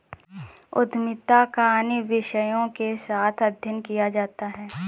उद्यमिता का अन्य विषयों के साथ भी अध्ययन किया जाता है